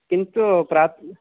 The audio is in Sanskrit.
किन्तु